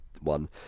one